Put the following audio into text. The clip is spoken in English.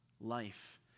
life